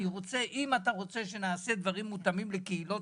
אם אתה רוצה שנעשה דברים מותאמים לקהילות